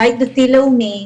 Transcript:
בית דתי לאומי,